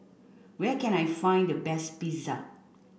where can I find the best Pizza